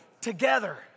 together